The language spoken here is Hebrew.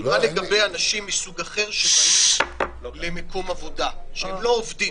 מה לגבי אנשים מסוג אחר שבאים למקום עבודה שהם לא עובדים,